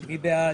מי בעד?